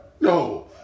no